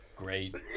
Great